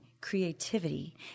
creativity